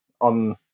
on